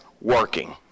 working